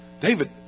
David